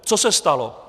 Co se stalo?